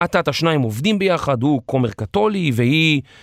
אט אט השניים עובדים ביחד, הוא כומר קתולי, והיא...